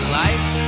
life